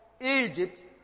Egypt